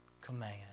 command